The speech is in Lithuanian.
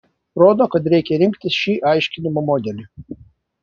rodo kad reikia rinktis šį aiškinimo modelį